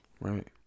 right